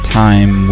time